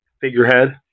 figurehead